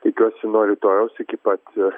tikiuosi nuo rytojaus iki pat